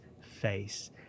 face